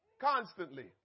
Constantly